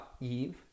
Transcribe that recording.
Eve